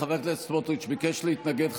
חבר הכנסת סמוטריץ' ביקש להתנגד,